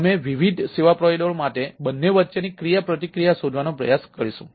તેમાંથી અમે વિવિધ સેવા પ્રોવાઈડરો માટે બંને વચ્ચેની ક્રિયાપ્રતિક્રિયા શોધવાનો પ્રયાસ કરીશું